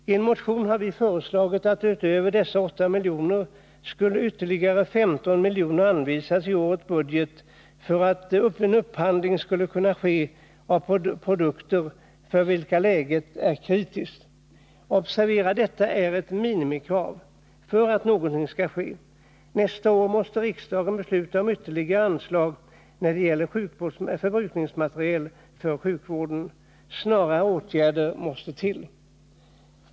Ien motion har vi föreslagit att ytterligare 15 milj.kr. utöver dessa 8 milj.kr. skulle anvisas i årets budget för upphandling av produkter för vilka läget är kritiskt. Observera att detta är ett minimikrav för att över huvud taget något skall ske. Nästa år måste riksdagen besluta om ytterligare anslag när det gäller förbrukningsmateriel för sjukvården. Snara åtgärder måste till.